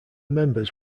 members